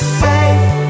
safe